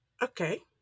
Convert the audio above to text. Okay